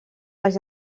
les